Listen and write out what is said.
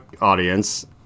audience